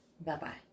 Bye-bye